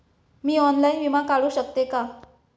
मी online विमा काढू शकते का?